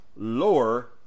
lower